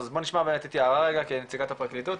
אבל הוא נשמע רגע את יערה רגע כנציגת הפרקליטות,